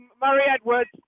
Murray-Edwards